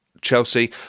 Chelsea